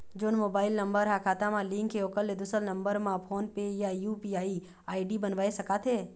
जोन mobile number हा खाता मा लिन्क हे ओकर ले दुसर नंबर मा फोन पे या यू.पी.आई आई.डी बनवाए सका थे?